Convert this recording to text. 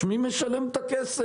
אדוני מי משלם את הכסף?